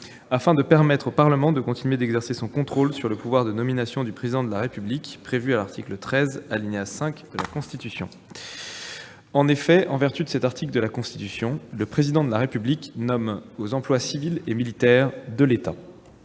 afin de permettre au Parlement de continuer d'exercer son contrôle sur le pouvoir de nomination du Président de la République prévu à l'article 13, alinéa 5, de la Constitution. En effet, en vertu de cet article, le Président de la République nomme « aux emplois civils et militaires de l'État